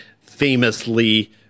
famously